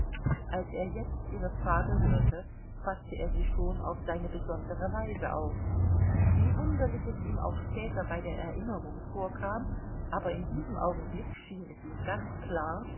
als er jetzt ihre frage hörte faßte er sie schon auf seine besondere weise auf wie wunderlich es ihm auch später bei der erinnerung vorkam aber in diesem augenblick schien es ihm ganz klar